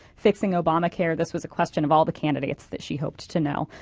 fixing obamacare, this was a question of all the candidates that she hoped to know.